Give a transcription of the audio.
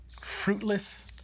fruitless